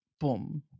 boom